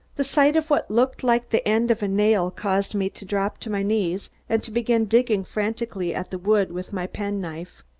the sight of what looked like the end of a nail caused me to drop to my knees and to begin digging frantically at the wood with my pen-knife.